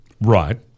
Right